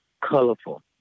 colorful